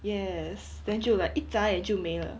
yes then 就 like 一眨眼就没了